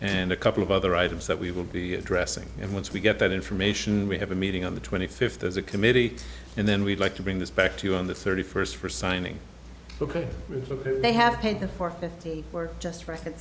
and a couple of other items that we will be addressing and once we get that information we have a meeting on the twenty fifth as a committee and then we'd like to bring this back to you on the thirty first for signing ok they have paid for fifty or just